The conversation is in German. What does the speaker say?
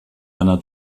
einer